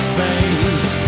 face